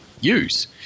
use